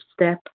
step